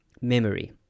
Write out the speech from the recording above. memory